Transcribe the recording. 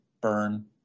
burn